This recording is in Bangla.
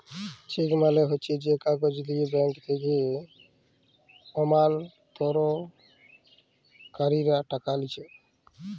চেক মালে হচ্যে যে কাগজ লিয়ে ব্যাঙ্ক থেক্যে আমালতকারীরা টাকা লিছে